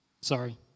Sorry